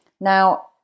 Now